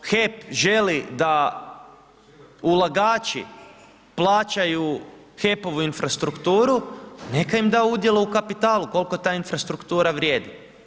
Ako HEP želi da ulagači plaćaju HEP-ovu infrastrukturu, neka im da udjela u kapitalu koliko ta infrastruktura vrijedi.